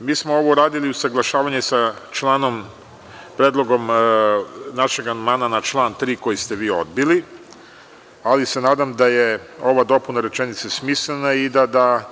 Mi smo ovo usaglašavanje uradili sa predlogom našeg amandmana na član 3. koji ste vi odbili, ali se nadam da je ova dopuna rečenice smislena i da